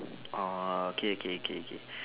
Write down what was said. orh okay okay okay okay